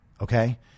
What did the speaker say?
Okay